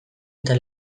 eta